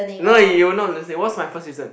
no you're not listening what's my first reason